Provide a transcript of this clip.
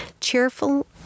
cheerful